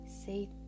Say